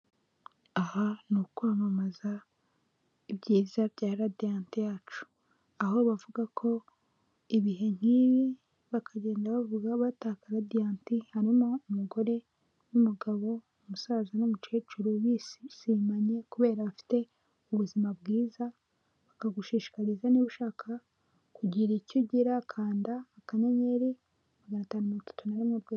Aha ni ukwamamaza ibyiza bya Radiyanti yacu, aho bavuga ko ibihe nk'ibi bakagenda bavuga bataka Radiyanti harimo umugore n'umugabo, umusaza n'umukecuru bishimanye kubera bafite ubuzima bwiza, bakagushishikariza niba ushaka kugira icyo ugira kanda akanyenyeri maganatatu na mirongo itatu na rimwe.